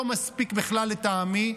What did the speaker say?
לא מספיק בכלל לטעמי.